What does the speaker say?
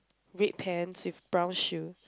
red pants with brown shoe